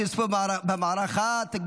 הסדרת שיטת התקצוב למועצות הדתיות